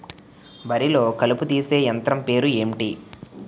వరి లొ కలుపు తీసే యంత్రం పేరు ఎంటి?